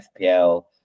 FPL